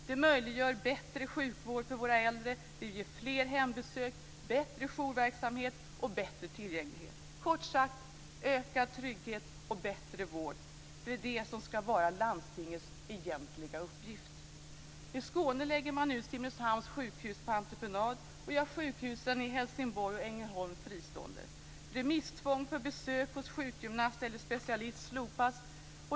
Det möjliggör bättre sjukvård för våra äldre, ger fler hembesök, bättre jourverksamhet och bättre tillgänglighet, kort sagt ökad trygghet och bättre vård. Det är det som skall vara landstingets egentliga uppgift. I Skåne lägger man ut Simrishamns sjukhus på entreprenad och gör sjukhusen i Helsingborg och Ängelholm fristående. Remisstvång för besök hos sjukgymnast eller specialist slopas.